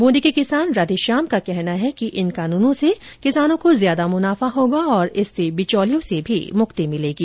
बूंदी के किसान राधेश्याम का कहना हैं कि इन कानूनों से किसानों को ज्यादा मुनाफा होगा और इससे बिचौलियों से मुक्ति भी मिलेगी